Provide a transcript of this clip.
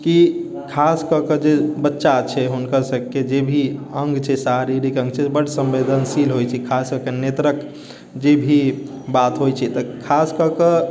की खास कए के जे बच्चा छै हुनका सबके जे भी अंग छै शारीरिक अंग छै बड संवेदनशील होइ छै खास कएके नेत्रक जे भी बात होइ छै तऽ खास कएके